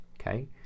okay